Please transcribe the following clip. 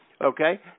okay